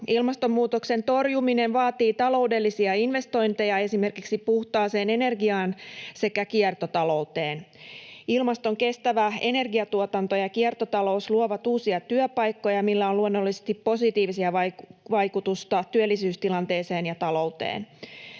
Ilmastonmuutoksen torjuminen vaatii taloudellisia investointeja esimerkiksi puhtaaseen energiaan sekä kiertotalouteen. Ilmaston kestävä energiatuotanto ja kiertotalous luovat uusia työpaikkoja, millä on luonnollisesti positiivisia vaikutuksia työllisyystilanteeseen ja talouteen.